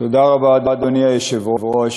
תודה רבה, אדוני היושב-ראש.